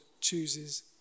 chooses